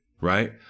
right